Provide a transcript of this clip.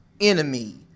enemy